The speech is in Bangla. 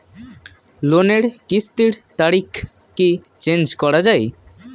লোনের কিস্তির তারিখ কি চেঞ্জ করা যায়?